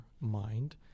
mind